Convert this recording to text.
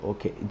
Okay